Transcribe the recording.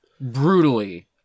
brutally